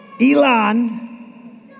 Elon